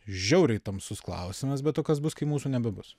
žiauriai tamsus klausimas be to kas bus kai mūsų nebebus